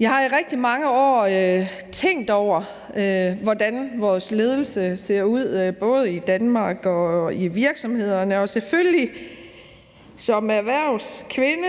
Jeg har i rigtig mange år tænkt over, hvordan vores ledelse ser ud, både i Danmark og i virksomhederne. Og selvfølgelig har jeg som erhvervskvinde